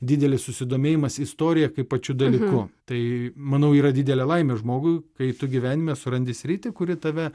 didelis susidomėjimas istorija kaip pačiu dalyku tai manau yra didelė laimė žmogui kai tu gyvenime surandi sritį kuri tave